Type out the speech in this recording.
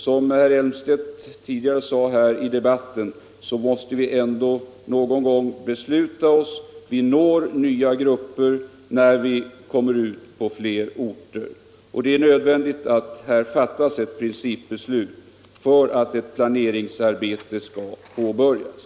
Som herr Elmstedt tidigare i debatten här sade måste vi ändå någon gång besluta oss. Vi når nya grupper när vi kommer ut på flera orter. Det är därför nödvändigt att fatta ett principbeslut, så att ett planeringsarbete skall kunna påbörjas.